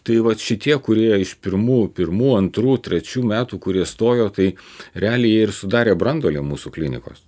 tai vat šitie kurie iš pirmų pirmų antrų trečių metų kurie stojo tai realiai jie ir sudarė branduolį mūsų klinikos